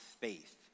faith